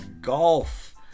Golf